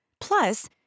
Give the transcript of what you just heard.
Plus